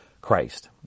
Christ